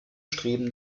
streben